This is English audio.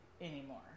anymore